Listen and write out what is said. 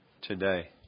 today